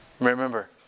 Remember